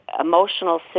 emotional